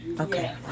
okay